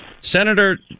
Senator